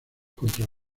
contra